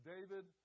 David